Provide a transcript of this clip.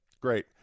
Great